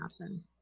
happen